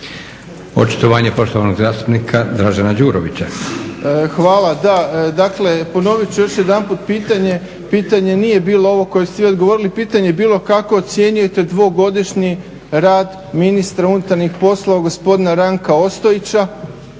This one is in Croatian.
Očitovanje poštovanog zastupnika Dražena Đurovića. **Đurović, Dražen (HDSSB)** Hvala. Da, dakle ponovit ću još jedanput pitanje. Pitanje nije bilo ovo koje ste vi odgovorili, pitanje je bilo kako ocjenjujete dvogodišnji rad ministra unutarnjih poslova gospodina Ranka Ostojića